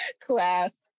class